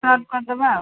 ହଁ କରିଦେବା ଆଉ